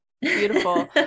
Beautiful